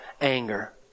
anger